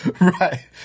Right